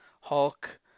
Hulk